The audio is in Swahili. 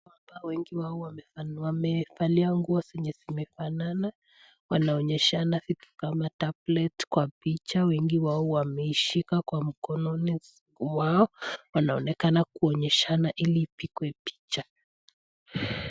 Ambao wengi wao wamevalia nguo zenye zimefanana, wanaonyeshana vitu kama tablet kwa picha, wengi wao wameishika kwa mkononi mwao, wanaonekana kuonyeshana ili ipigwe picha.